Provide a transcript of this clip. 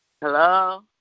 hello